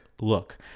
look